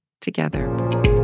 together